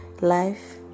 life